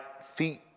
feet